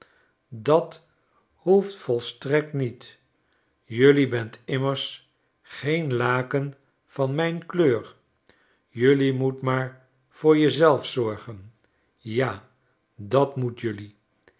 dat hoeft volstrekt niet jelui bent immers geen laken van mynkleur jelui moet maar voor je zelf zorgen ja dat moet jelui